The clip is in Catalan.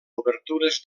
obertures